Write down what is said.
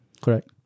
Correct